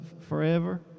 forever